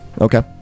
Okay